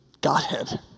godhead